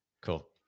Cool